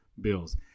bills